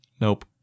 nope